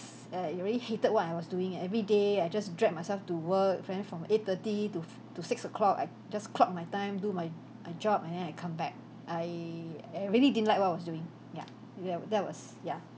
I really hated what I was doing everyday I just drag myself to work fr~ then from eight thirty to to six o'clock I just clock my time do my my job and then I come back I I really didn't like what was doing ya that that was yeah